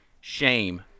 shame